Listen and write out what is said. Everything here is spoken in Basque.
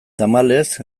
tamalez